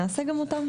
נעשה גם אותם.